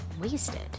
wasted